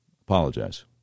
Apologize